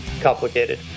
complicated